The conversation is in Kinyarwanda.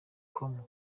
com